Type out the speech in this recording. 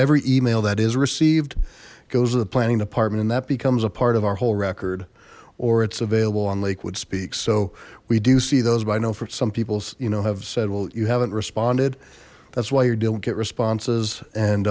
every email that is received goes to the planning department and that becomes a part of our whole record or it's available on lakewood speak so we do see those but i know for some people you know have said well you haven't responded that's why your dilma get responses